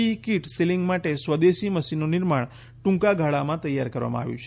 ઈ kit sealing માટે સ્વદેશી મશીનનું નિર્માણ ટ્રંકા ગાળામાં તૈયાર કરવામાં આવ્યું છે